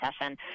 session